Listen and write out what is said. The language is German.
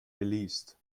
geleast